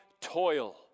toil